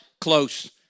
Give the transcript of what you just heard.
close